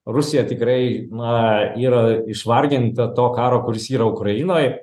rusija tikrai na yra išvarginta to karo kuris yra ukrainoj